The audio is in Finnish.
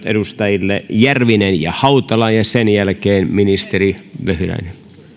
edustajille järvinen ja hautala ja sen jälkeen ministeri vehviläinen